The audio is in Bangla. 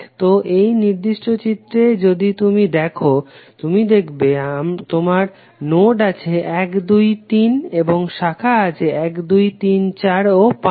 তো এই নির্দিষ্ট চিত্রে যদি তুমি দেখো তুমি দেখবে তোমার নোড আছে 1 2 3 এবং শাখা আছে 1234 ও 5